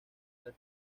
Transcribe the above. del